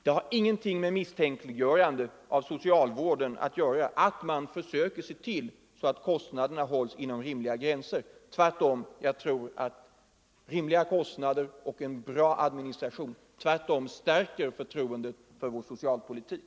Det har ingenting med misstänkliggörande av socialpolitiken att göra att man försöker se till att kostnaderna hålls inom rimliga gränser. Tvärtom tror jag att rimliga kostnader och en bra administration stärker förtroendet för vår socialpolitik.